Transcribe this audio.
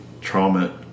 trauma